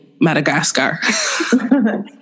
Madagascar